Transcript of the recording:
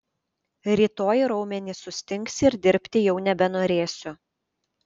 rytoj raumenys sustings ir dirbti jau nebenorėsiu